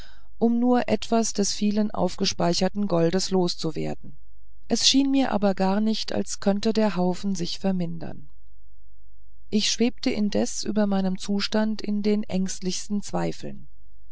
um nur etwas des vielen aufgespeicherten goldes los zu werden es schien mir aber gar nicht als könne der haufen sich vermindern ich schwebte indes über meinen zustand in den ängstigendsten zweifeln